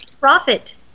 profit